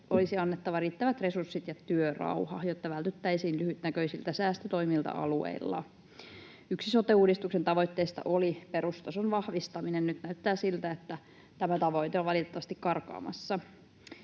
olisi annettava riittävät resurssit ja työrauha, jotta vältyttäisiin lyhytnäköisiltä säästötoimilta alueilla. Yksi sote-uudistuksen tavoitteista oli perustason vahvistaminen, ja nyt näyttää siltä, että tämä tavoite on valitettavasti karkaamassa.